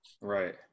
Right